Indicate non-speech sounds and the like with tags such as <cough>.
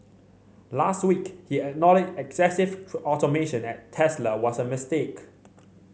last week he acknowledged excessive <unintelligible> automation at Tesla was a mistake